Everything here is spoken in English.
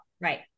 Right